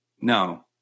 No